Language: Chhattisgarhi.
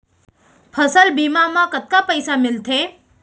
फसल बीमा म कतका पइसा मिलथे?